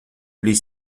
eles